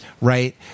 right